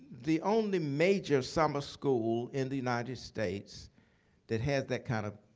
the only major summer school in the united states that has that kind of